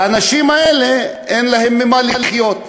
והאנשים האלה, אין להם ממה לחיות.